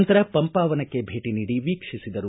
ನಂತರ ಪಂಪಾವನಕ್ಕೆ ಭೇಟಿ ನೀಡಿ ವೀಕ್ಷಿಸಿದರು